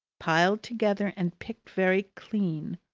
piled together and picked very clean,